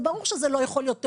זה ברור שזה לא יכול להיות תאונה,